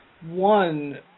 one